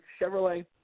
Chevrolet